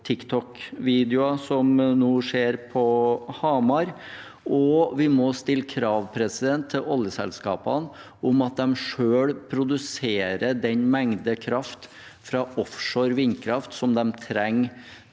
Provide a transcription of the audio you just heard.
TikTok-videoer, som nå skjer på Hamar. Vi må stille krav til oljeselskapene om at de selv produserer den mengden kraft fra offshore vindkraft som de trenger